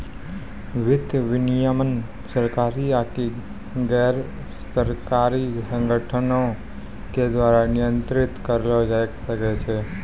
वित्तीय विनियमन सरकारी आकि गैरसरकारी संगठनो के द्वारा नियंत्रित करलो जाय सकै छै